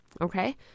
okay